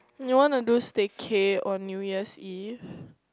you wanna do staycay on New Year's eve